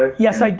ah yes, like